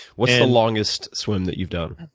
what's the longest swim that you've done?